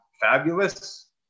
fabulous